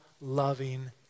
loving